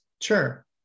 Sure